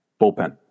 Bullpen